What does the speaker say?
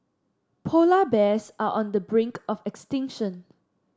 polar bears are on the brink of extinction